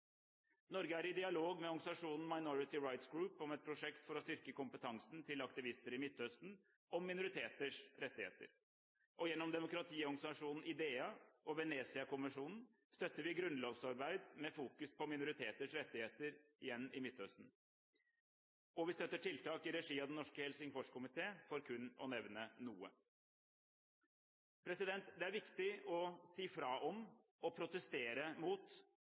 Norge er i dialog med organisasjonen Minority Rights Group om et prosjekt for å styrke kompetansen til aktivister i Midtøsten om minoriteters rettigheter. Gjennom demokratiorganisasjonen IDEA og Venezia-kommisjonen støtter vi grunnlovsarbeid med fokus på minoriteters rettigheter – igjen – i Midtøsten, og vi i støtter tiltak i regi av Den norske Helsingforskomité, for kun å nevne noe. Det er viktig å si fra om og protestere mot